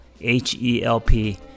H-E-L-P